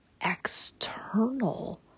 external